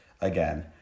again